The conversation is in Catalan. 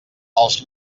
els